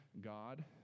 God